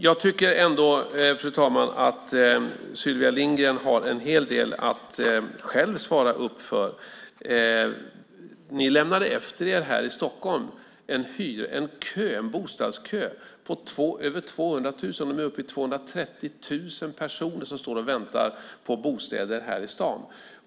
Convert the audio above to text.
Jag tycker ändå, fru talman, att Sylvia Lindgren har en hel del att själv svara för. Ni lämnade här i Stockholm efter er en bostadskö på över 200 000 personer. Nu är det över 230 000 personer som står och väntar på bostäder här i staden.